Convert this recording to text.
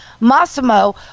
Massimo